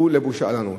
הוא לבושה לנו.